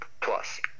plus